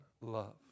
love